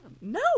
No